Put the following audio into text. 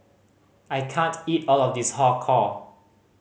I can't eat all of this Har Kow